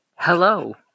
Hello